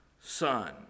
son